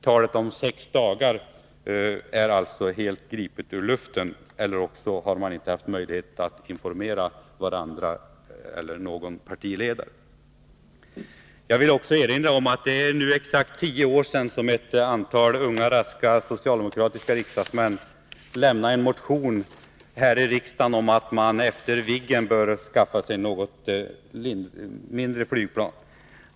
Talet om sex dagar är alltså helt gripet ur luften, eller också har man inte haft möjlighet att informera varandra eller partiledaren. Jag vill också erinra om att det nu är exakt tio år sedan som ett antal unga raska socialdemokratiska riksdagsledamöter avgav en motion här i rikdagen om att man efter Viggen bör skaffa sig ett mindre flygplan.